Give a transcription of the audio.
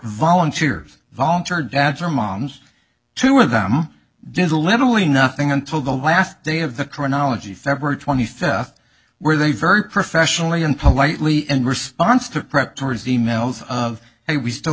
volunteers volunteer dads are moms two of them does a literally nothing until the last day of the chronology february twenty fifth where they very professionally and politely in response to crept towards e mails of hey we still